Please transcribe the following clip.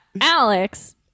Alex